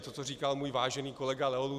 To, co říkal můj vážený kolega Leo Luzar.